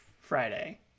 Friday